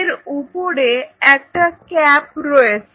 এর উপরে একটা ক্যাপ রয়েছে